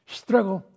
struggle